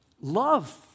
love